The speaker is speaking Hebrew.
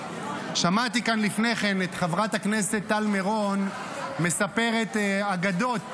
שמעתי כאן לפני כן את חברת הכנסת טל מירון מספרת אגדות.